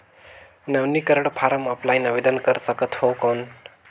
नवीनीकरण form offline आवेदन कर सकत हो कौन?